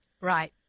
Right